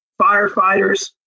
firefighters